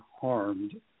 harmed